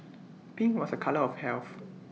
pink was A colour of health